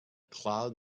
cloud